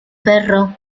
perro